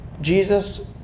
Jesus